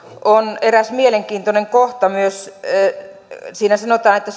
on myös eräs mielenkiintoinen kohta siinä sanotaan että